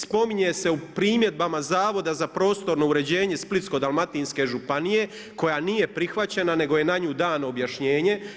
Spominje se u primjedbama Zavoda za prostorno uređenje Splitsko-Dalmatinske županije koja nije prihvaćena nego je na nju dano objašnjenje.